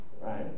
Right